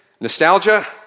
nostalgia